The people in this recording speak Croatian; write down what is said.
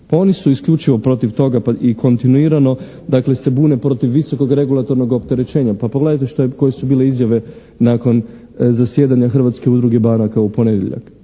oni su isključivo protiv toga i kontinuirano, dakle, se bude protiv visokog regulatornoga opterećenja. Pa pogledajte koje su bile izjave nakon zasjedanja Hrvatske udruge banaka u ponedjeljak.